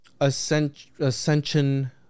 ascension